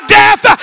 death